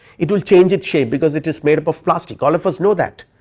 it will change it shape because it is made up of plastic all of us know that.